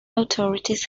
authorities